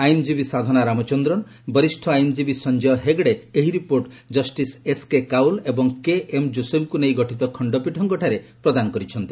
ଆଇନଜୀବୀ ସାଧନା ରାମଚନ୍ଦ୍ରନ୍ ବରିଷ୍ଠ ଆଇନଜୀବୀ ସଞ୍ଚୟ ହେଗ୍ଡେ ଏହି ରିପୋର୍ଟ ଜଷିସ୍ ଏସ୍କେ କାଉଲ୍ ଏବଂ କେଏମ୍ ଜୋଶେଫ୍ଙ୍କୁ ନେଇ ଗଠିତ ଖଣ୍ଡପୀଠଙ୍କଠାରେ ପ୍ରଦାନ କରିଛନ୍ତି